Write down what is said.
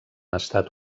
estat